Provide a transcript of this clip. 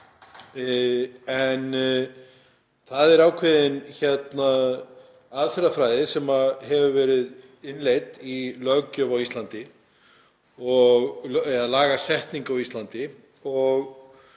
Það er ákveðin aðferðafræði sem hefur verið innleidd í löggjöf á Íslandi og lagasetningu á Íslandi